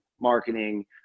marketing